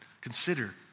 consider